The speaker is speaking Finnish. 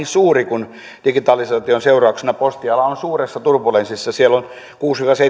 suuri kun digitalisaation seurauksena postiala on suuressa turbulenssissa siellä on kuusikymmentä viiva seitsemänkymmentä